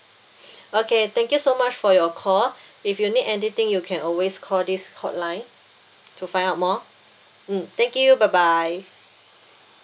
okay thank you so much for your call if you need anything you can always call this hotline to find out more mm thank you bye bye